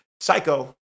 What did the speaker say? psycho